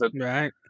Right